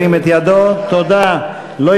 ההסתייגויות של קבוצת סיעת חד"ש